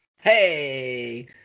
Hey